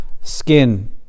skin